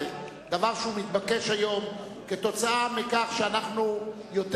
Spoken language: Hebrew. זה דבר שמתבקש היום כתוצאה מכך שאנחנו יותר